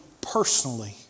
personally